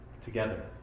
together